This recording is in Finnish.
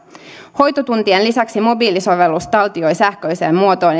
hoitotuntien lisäksi mobiilisovellus taltioi sähköiseen muotoon